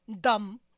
dumb